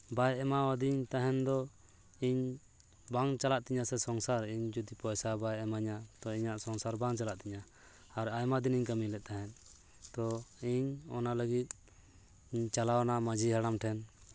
ᱵᱟᱭ ᱮᱢᱟᱣᱟᱹᱫᱤᱧ ᱛᱟᱦᱮᱱ ᱫᱚ ᱤᱧ ᱵᱟᱝ ᱪᱟᱞᱟᱜ ᱛᱤᱧᱟᱹ ᱥᱮ ᱥᱚᱝᱥᱟᱨ ᱤᱧ ᱡᱩᱫᱤ ᱯᱚᱭᱥᱟ ᱵᱟᱭ ᱤᱢᱟᱹᱧᱟ ᱛᱚ ᱤᱧᱟᱹᱜ ᱥᱚᱝᱥᱟᱨ ᱵᱟᱝ ᱪᱟᱞᱟᱜ ᱛᱤᱧᱟᱹ ᱟᱨ ᱟᱭᱢᱟ ᱫᱤᱱᱤᱧ ᱠᱟᱹᱢᱤ ᱞᱮᱫ ᱛᱟᱦᱮᱸᱫ ᱛᱚ ᱤᱧ ᱚᱱᱟ ᱞᱟᱹᱜᱤᱫ ᱪᱟᱞᱟᱣᱱᱟ ᱢᱟᱹᱡᱷᱤ ᱦᱟᱲᱟᱢ ᱴᱷᱮᱱ